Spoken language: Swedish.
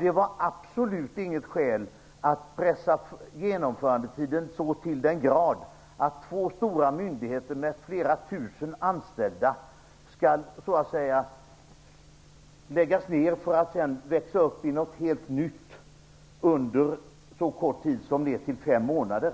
Det var absolut inget skäl för att pressa genomförandetiden så till den grad att två stora myndigheter, med flera tusen anställda, skall läggas ned för att sedan växa upp i något helt nytt under så kort tid som fem månader.